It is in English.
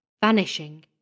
vanishing